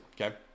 Okay